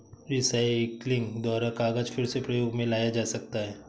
recycling द्वारा कागज फिर से प्रयोग मे लाया जा सकता है